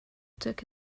took